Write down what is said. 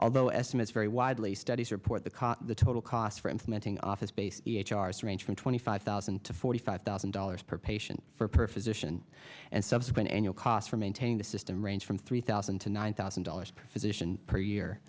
although estimates vary widely studies report the caught the total cost for implementing office based e h r s range from twenty five thousand to forty five thousand dollars per patient per physician and subsequent annual cost for maintaining the system range from three thousand to nine thousand dollars per physician per year